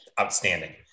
outstanding